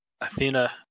Athena